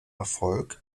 erfolg